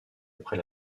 après